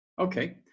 Okay